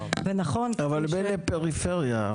אבל בין הפריפריה,